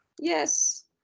Yes